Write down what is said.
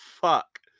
fuck